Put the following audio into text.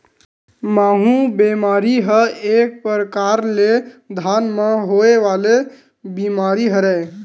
माहूँ बेमारी ह एक परकार ले धान म होय वाले बीमारी हरय